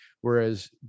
whereas